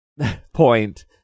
point